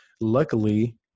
luckily